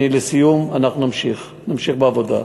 לסיום, אנחנו נמשיך בעבודה.